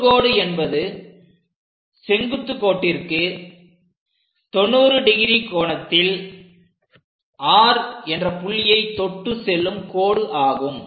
தொடுகோடு என்பது செங்குத்து கோட்டிற்கு 90° கோணத்தில் R என்ற புள்ளியை தொட்டு செல்லும் கோடு ஆகும்